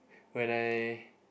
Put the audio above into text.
when I